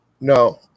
no